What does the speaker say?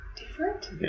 different